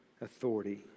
authority